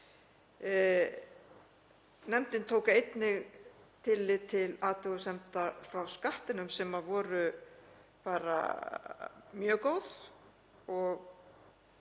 Nefndin tók einnig tillit til athugasemda frá Skattinum sem voru bara mjög góðar,